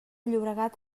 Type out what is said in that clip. llobregat